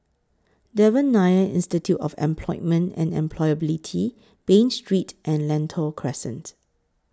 Devan Nair Institute of Employment and Employability Bain Street and Lentor Crescent